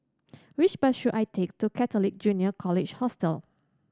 which bus should I take to Catholic Junior College Hostel